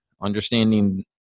understanding